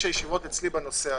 9 ישיבות אצלי בנושא,